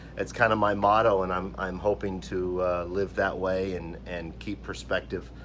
it's kind of my motto and i'm i'm hoping to live that way and and keep perspective